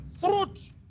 fruit